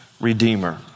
redeemer